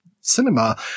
cinema